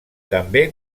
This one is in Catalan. també